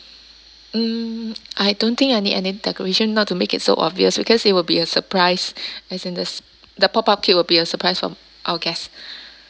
hmm I don't think I need any decoration not to make it so obvious because it will be a surprise as in this the pop up cake will be a surprise for our guest